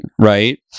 right